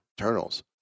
eternals